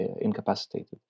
incapacitated